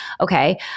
Okay